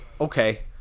okay